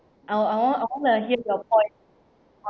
I will I want to I want to hear your point